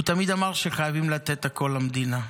הוא תמיד אמר שחייבים לתת את הכול למדינה.